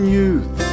youth